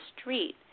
street